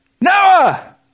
Noah